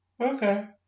Okay